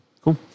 cool